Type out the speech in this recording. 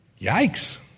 Yikes